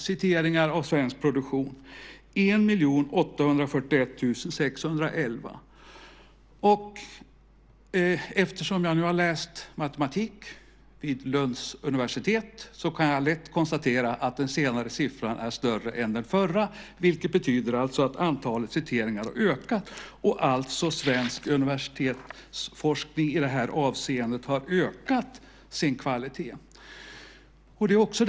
Citeringar av svensk produktion år 2005: 1 841 611. Eftersom jag har läst matematik vid Lunds universitet kan jag lätt konstatera att den senare siffran är större än den förra, vilket alltså betyder att antalet citeringar har ökat. Svensk universitetsforskning har ökat sin kvalitet i det här avseendet.